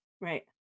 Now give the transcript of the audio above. Right